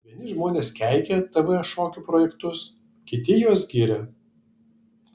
vieni žmonės keikia tv šokių projektus kiti juos giria